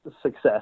success